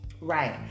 Right